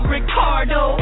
Ricardo